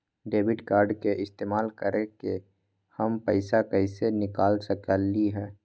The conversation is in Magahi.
डेबिट कार्ड के इस्तेमाल करके हम पैईसा कईसे निकाल सकलि ह?